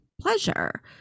pleasure